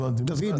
הדבר השלישי,